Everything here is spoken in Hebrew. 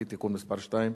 הצעת חוק אוויר נקי (תיקון מס' 2),